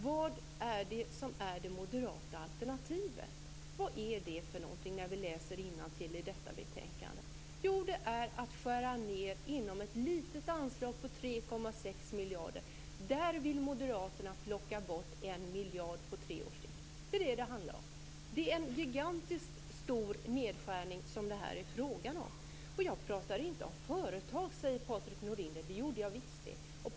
Vad är det som är det moderata alternativet i detta betänkande? Jo, det är att skära ned inom ett litet anslag på 3,6 miljarder. Där vill moderaterna plocka bort 1 miljard på tre års sikt. Det är vad det handlar om. Det är en gigantisk nedskärning som det är fråga om. Patrik Norinder säger att jag inte pratade om företag. Jo, det gjorde jag visst.